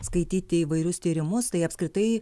skaityti įvairius tyrimus tai apskritai